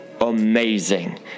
amazing